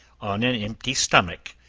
on an empty stomach,